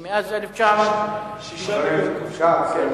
היא מאז, 6 מיליוני כובשים.